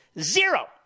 Zero